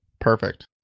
Perfect